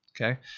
okay